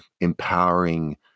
empowering